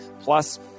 plus